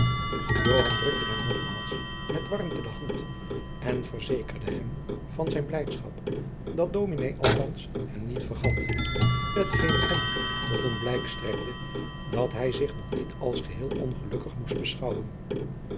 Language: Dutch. drukte hem nogmaals met warmte de hand en verzekerde hem van zijne blijdschap dat dominé althands hem niet vergat t geen hem tot een blijk strekte dat hij zich nog niet als geheel ongelukkig moest beschouwen